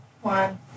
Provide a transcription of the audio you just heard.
One